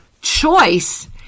choice